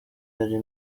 ari